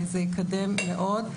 זה יקדם מאוד.